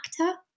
actor